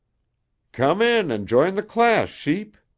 come in and join the class, sheep,